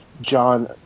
John